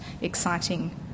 exciting